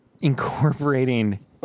incorporating